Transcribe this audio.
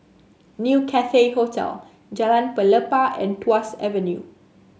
New Cathay Hotel Jalan Pelepah and Tuas Avenue